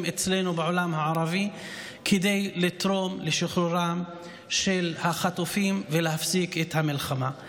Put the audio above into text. אצלנו בעולם הערבי כדי לתרום לשחרורם של החטופים ולהפסיק את המלחמה.